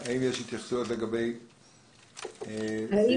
האם יש התייחסויות לגבי סעיפים --- יש